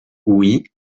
oui